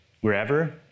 wherever